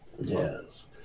Yes